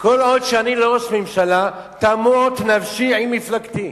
כל עוד אני לא ראש הממשלה, תמות נפשי עם מפלגתי.